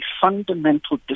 fundamental